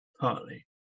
partly